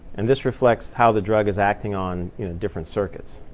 and this reflects how the drug is acting on different circuits.